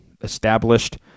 Established